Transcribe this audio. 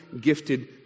gifted